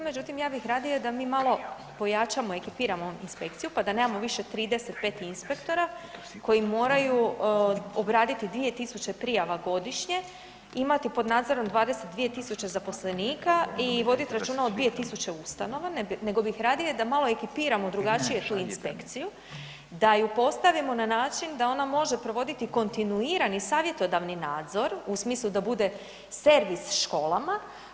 Međutim, ja bih radije da mi malo pojačamo, ekipiramo inspekciju pa da nemamo više 35 inspektora koji moraju obraditi 2 tisuće prijava godišnje, imati pod nadzorom 22 tisuće zaposlenika i voditi računa o 2 tisuće ustanova, nego bih radije da malo ekipiramo drugačije tu inspekciju, da ju postavimo na način da ona može provoditi kontinuirani savjetodavni nadzor u smislu da bude servis školama.